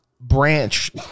branch